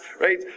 right